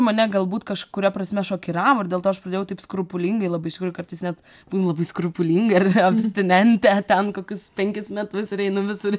mane galbūt kažkuria prasme šokiravo ir dėl to aš pradėjau taip skrupulingai labai iš tikrųjų kartais net būnu labai skrupulinga ir abstinentė ten kokius penkis metus ir einu visur